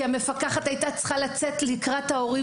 המפקחת הייתה צריכה לצאת לקראת ההורים